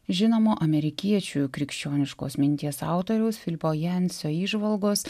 žinomo amerikiečių krikščioniškos minties autoriaus filipo jancio įžvalgos